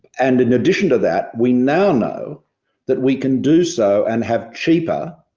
and in addition to that, we now know that we can do so and have cheaper